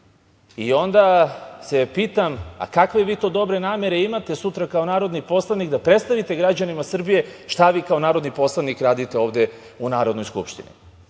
I onda se pitam kakve vi to dobre namere imate sutra kao narodni poslanik da predstavite građanima Srbije šta vi kao narodni poslanik radite ovde u Narodnoj skupštini. Mi